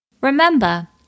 Remember